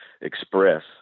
Express